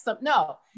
no